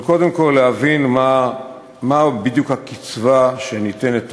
אבל קודם כול יש להבין מה בדיוק הקצבה שניתנת היום,